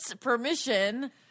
permission